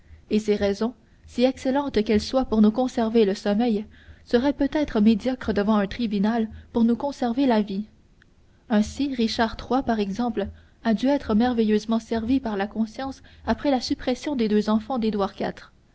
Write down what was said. et ces raisons si excellentes qu'elles soient pour nous conserver le sommeil seraient peut-être médiocres devant un tribunal pour nous conserver la vie ainsi richard iii par exemple a dû être merveilleusement servi par la conscience après la suppression des deux enfants